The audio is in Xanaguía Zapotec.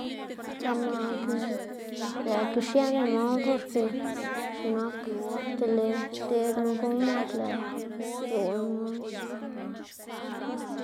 par naꞌ ke lëꞌkga xieꞌnna man, porke x̱iꞌk nak dele ideꞌdmu gow mak lëꞌkga zoꞌn man